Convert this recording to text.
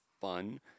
fun